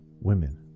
women